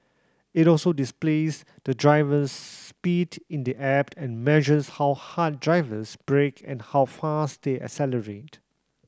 it also displays the driver's speed in the app and measures how hard drivers brake and how fast they accelerate